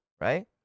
right